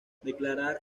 declarar